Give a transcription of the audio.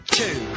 two